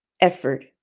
effort